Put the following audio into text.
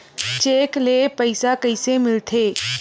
Cheque ले पईसा कइसे मिलथे?